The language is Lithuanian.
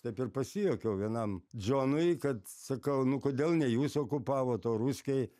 taip ir pasijuokiau vienam džonui kad sakau nu kodėl ne jūs okupavot o ruskiai